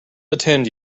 attend